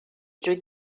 drwy